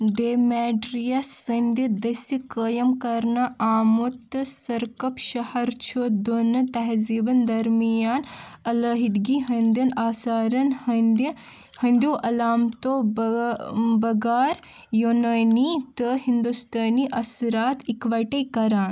Demetrius سٕنٛدِ دٔسہِ قٲیِم کَرنہٕ آمُت سِرکپ شہر چھُ دۄن تہذیٖبن درمیان علٲیحدٕگی ہٕنٛدٮ۪ن آثارن ہٕنٛدِ ہٕنٛدٮ۪و علامتو بغٲ بغٲر یوٗنٲنۍ تہٕ ہِنٛدوستٲنۍ اثرات اِکہٕ وٹہٕ کَران